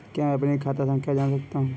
क्या मैं अपनी खाता संख्या जान सकता हूँ?